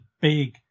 big